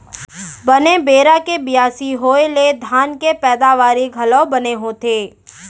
बने बेरा के बियासी होय ले धान के पैदावारी घलौ बने होथे